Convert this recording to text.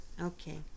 Okay